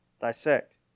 dissect